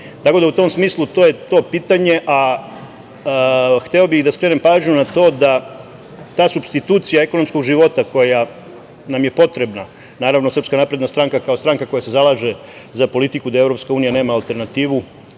Tako da u tom smislu, to je to pitanje. Hteo bih da skrenem pažnju na to da ta supstitucija ekonomskog života koja nam je potrebna, naravno SNS kao stranka koja se zalaže za politiku da EU nema alternativu